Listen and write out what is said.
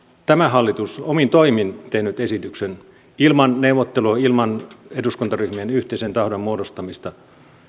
tämä hallitus omin toimin tehnyt esityksen ilman neuvottelua ilman eduskuntaryhmien yhteisen tahdon muodostamista